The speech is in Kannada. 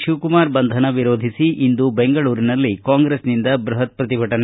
ಶಿವಕುಮಾರ್ ಬಂಧನ ವಿರೋಧಿಸಿ ಇಂದು ಬೆಂಗಳೂರಿನಲ್ಲಿ ಕಾಂಗ್ರೆಸ್ನಿಂದ ಬೃಹತ್ ಪ್ರತಿಭಟನೆ